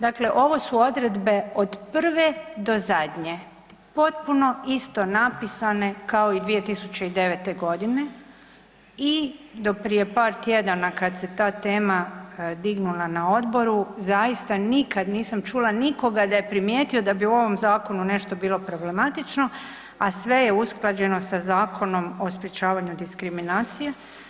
Dakle, ovo su odredbe od prve do zadnje potpuno isto napisane kao i 2009. godine i do prije par tjedana kad se ta tema dignula na odboru zaista nikad nisam čula nikoga da je primijetio da bi u ovom zakonu bilo nešto problematično, a sve je usklađeno sa Zakonom o sprječavanju diskriminacije.